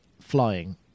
flying